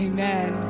Amen